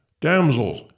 damsels